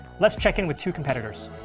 let's check in with two competitors.